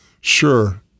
sure